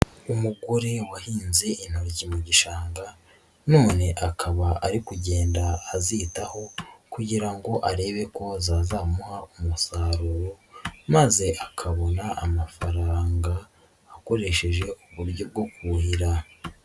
Umugore wahinze intoryi mu gishanga none akaba ari kugenda azitaho kugira ngo arebe ko zazamuha umusaruro, maze akabona amafaranga akoresheje uburyo bwo kuhira.